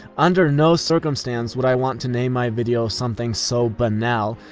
under no circumstance would i want to name my video something so banal,